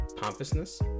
pompousness